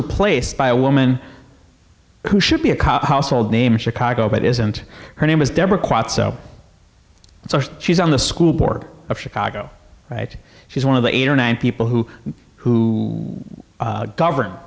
replaced by a woman who should be a cop household name chicago but isn't her name is deborah quite so she's on the school board of chicago right she's one of the eight or nine people who who govern